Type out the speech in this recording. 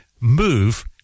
move